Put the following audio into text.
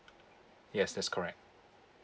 yes that's correct